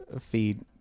feed